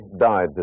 died